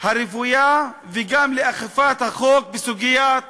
הרוויה וגם לאכיפת החוק בסוגיית